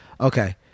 Okay